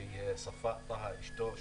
וספאא טאהא אשתו,